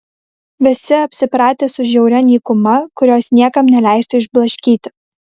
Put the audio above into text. visi apsipratę su žiauria nykuma kurios niekam neleistų išblaškyti